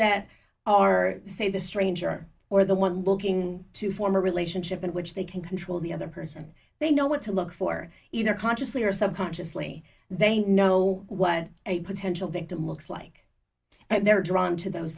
that are say the stranger or the one looking to form a relationship in which they can control the other person they know what to look for either consciously or subconsciously they know what a potential victim looks like and they're drawn to those